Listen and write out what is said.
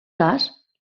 cas